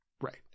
Right